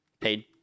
paid